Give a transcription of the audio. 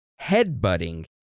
headbutting